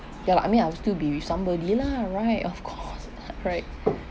ya lah I mean I will still be with somebody lah right of course right